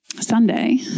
Sunday